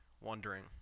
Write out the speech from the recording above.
wondering